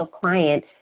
client